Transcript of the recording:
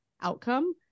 outcome